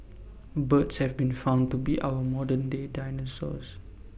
birds have been found to be our modern day dinosaurs